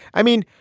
i mean,